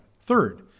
Third